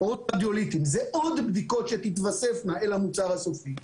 זה עוד בדיקות שיתווספו אל המוצר הסופי.